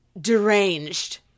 deranged